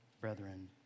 brethren